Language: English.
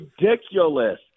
ridiculous